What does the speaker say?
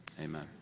amen